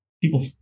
people